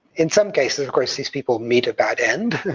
in some cases, of course, these people meet a bad end.